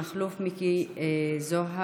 מכלוף מיקי זוהר,